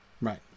right